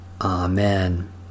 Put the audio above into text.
Amen